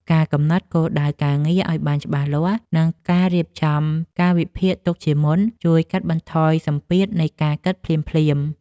ការកំណត់គោលដៅការងារឱ្យបានច្បាស់លាស់ និងការរៀបចំកាលវិភាគទុកជាមុន ជួយកាត់បន្ថយសម្ពាធនៃការគិតភ្លាមៗ។